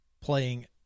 playing